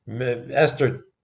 Esther